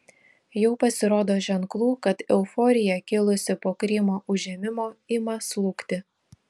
jau pasirodo ženklų kad euforija kilusi po krymo užėmimo ima slūgti